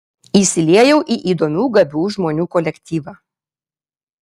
įsiliejau į įdomių gabių žmonių kolektyvą